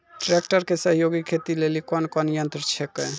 Tractor के सहयोगी खेती लेली कोन कोन यंत्र छेकै?